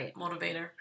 motivator